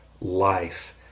life